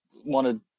wanted